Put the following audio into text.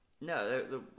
No